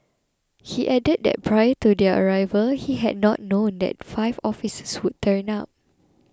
he added that prior to their arrival he had not known that five officers would turn up